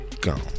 Gone